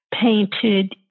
painted